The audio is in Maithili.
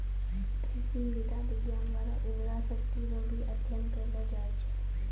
कृषि मृदा विज्ञान द्वारा उर्वरा शक्ति रो भी अध्ययन करलो जाय छै